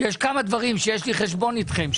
יש כמה דברים שיש לי חשבון אתכם,